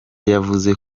yavuze